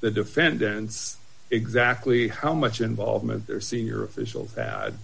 the defendants exactly how much involvement there senior officials tha